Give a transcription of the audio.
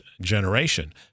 generation